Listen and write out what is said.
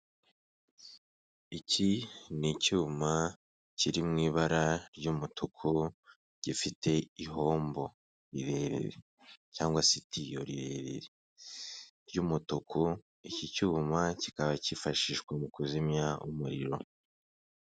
Iki ni icyuma kiri mu ibara ry'umutuku, gifite ihombo rirerire cyangwa se itiyo rirerire ry'umutuku, iki cyuma kikaba cyifashishwa mu kuzimya umuriro.